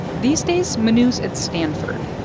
these days, manu's at stanford.